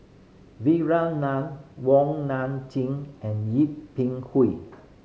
Vikram Nair Wong Nai Chin and Yip Pin